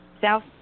south